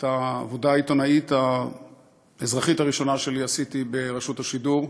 את העבודה העיתונאית האזרחית הראשונה שלי עשיתי ברשות השידור.